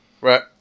Right